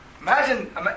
Imagine